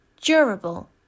durable